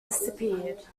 disappeared